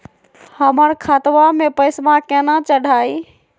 हमर खतवा मे पैसवा केना चढाई?